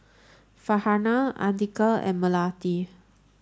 Farhanah Andika and Melati